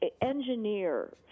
engineer